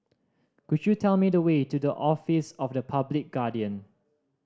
could you tell me the way to the Office of the Public Guardian